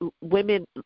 women